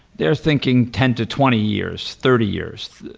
they're thinking ten to twenty years, thirty years.